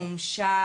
מומשה,